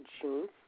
June